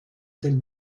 del